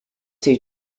two